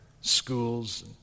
schools